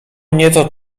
nieco